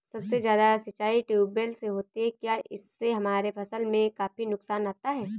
सबसे ज्यादा सिंचाई ट्यूबवेल से होती है क्या इससे हमारे फसल में काफी नुकसान आता है?